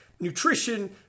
Nutrition